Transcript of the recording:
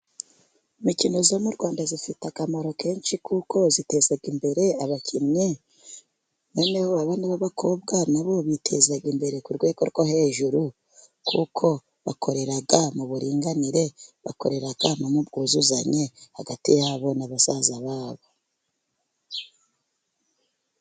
Imikino yo mu Rwanda ifite akamaro kenshi kuko iteza imbere abakinnyi. Noneho abana b'abakobwa na bo biteza imbere ku rwego rwo hejuru, kuko bakorera mu buringanire, bakorera hamwe mu bwuzuzanye hagati yabo na basaza babo.